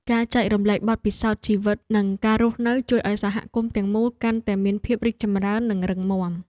ការចែករំលែកបទពិសោធន៍ជីវិតនិងការរស់នៅជួយឱ្យសហគមន៍ទាំងមូលកាន់តែមានភាពរីកចម្រើននិងរឹងមាំ។